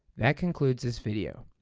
that concludes this video.